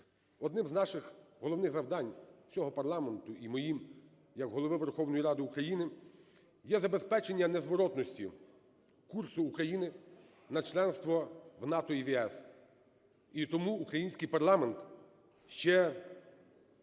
Одним з наших головних завдань цього парламенту і моїм як Голови Верховної Ради України є забезпечення незворотності курсу України на членство в НАТО і ЄС. І тому український парламент ще